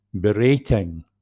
berating